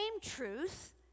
truth